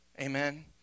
Amen